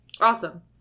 awesome